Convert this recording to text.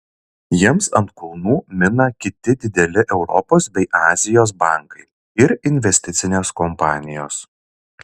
jiems ant kulnų mina kiti dideli europos bei azijos bankai ir investicinės kompanijos